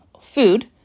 food